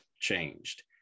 changed